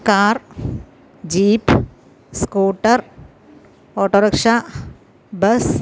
car jeep scooter autorickshaw bus